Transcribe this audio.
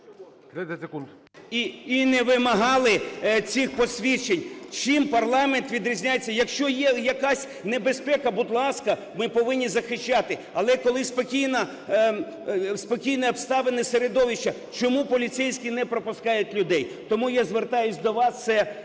…і не вимагали цих посвідчень. Чим парламент відрізняється? Якщо є якась небезпека, будь ласка, ми повинні захищати, але коли спокійні обставини середовища, чому поліцейські не пропускають людей? Тому я звертаюсь до вас,